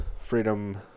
freedom